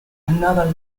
another